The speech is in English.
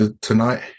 tonight